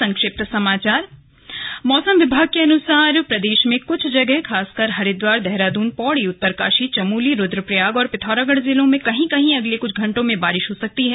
संक्षिप्त समाचार मौसम विभाग के मुताबिक प्रदेश में कुछ जगह खासकर हरिद्वार देहरादून पौड़ी उत्तरकाशी चमोली रुद्रप्रयाग और पिर्थोरागढ़ जिलों में कहीं कहीं अगले कुछ घंटों में बारिश हो सकती है